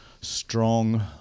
strong